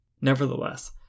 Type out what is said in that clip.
Nevertheless